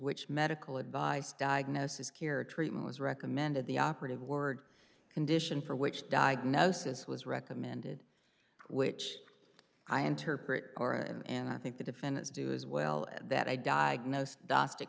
which medical advise diagnosis cure or treatment was recommended the operative word condition for which diagnosis was recommended which i interpret or and i think the defendants do as well that i diagnose das ti